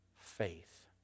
faith